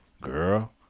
Girl